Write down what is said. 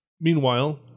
Meanwhile